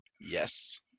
Yes